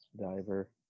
Diver